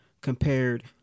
compared